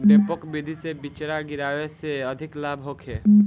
डेपोक विधि से बिचरा गिरावे से अधिक लाभ होखे?